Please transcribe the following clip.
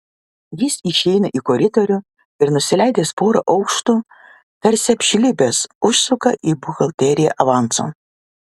jis išeina į koridorių ir nusileidęs porą aukštų tarsi apžlibęs užsuka į buhalteriją avanso